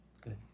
good